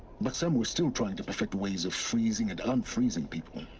but some were still trying to perfect ways of freezing and unfreezing people